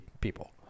people